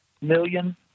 million